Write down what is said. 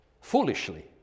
foolishly